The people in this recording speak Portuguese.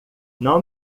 não